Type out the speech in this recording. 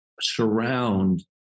surround